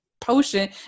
potion